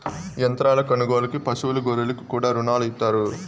యంత్రాల కొనుగోలుకు పశువులు గొర్రెలకు కూడా రుణాలు ఇత్తారు